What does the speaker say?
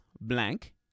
blank